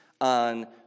on